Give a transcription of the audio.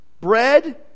bread